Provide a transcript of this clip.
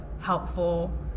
helpful